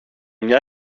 μια